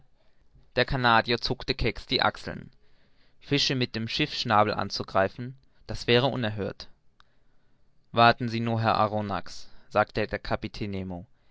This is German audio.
der canadier zuckte keck die achseln fische mit dem schiffsschnabel angreifen das wäre unerhört warten sie nur herr arronax sagte der kapitän